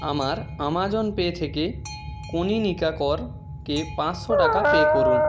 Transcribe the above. আমার Amazon Pay থেকে কনীনিকা করকে পাঁচশো টাকা পে করুন